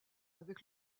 avec